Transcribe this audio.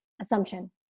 assumption